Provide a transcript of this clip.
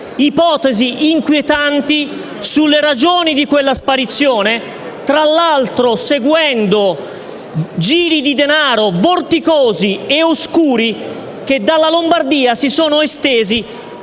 ipotesi inquietanti sulle ragioni di quella sparizione, tra l'altro seguendo giri di denaro vorticosi e oscuri che dalla Lombardia si sono estesi